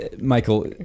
Michael